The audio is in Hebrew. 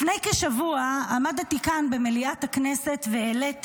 לפני כשבוע עמדתי כאן במליאת הכנסת והעליתי